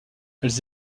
elles